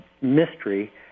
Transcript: mystery